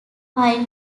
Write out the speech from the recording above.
file